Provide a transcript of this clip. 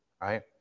right